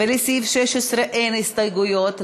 ולסעיף 16 אין הסתייגויות,